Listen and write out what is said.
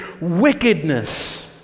wickedness